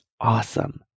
awesome